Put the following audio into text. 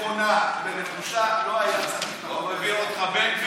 נכונה ונחושה, לא הייתם צריכים את החוק הזה.